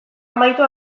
amaitu